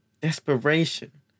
desperation